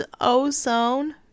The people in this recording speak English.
ozone